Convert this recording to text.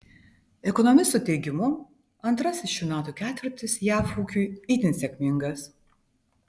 ekonomistų teigimu antrasis šių metų ketvirtis jav ūkiui itin sėkmingas